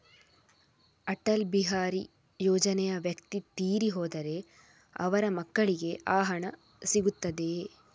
ಅಟಲ್ ಬಿಹಾರಿ ಯೋಜನೆಯ ವ್ಯಕ್ತಿ ತೀರಿ ಹೋದರೆ ಅವರ ಮಕ್ಕಳಿಗೆ ಆ ಹಣ ಸಿಗುತ್ತದೆಯೇ?